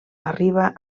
arriba